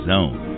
Zone